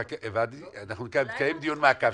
אנחנו נקיים דיון מעקב.